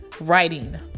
writing